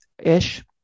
ish